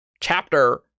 chapter